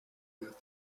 بیاد